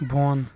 بۄن